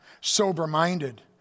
sober-minded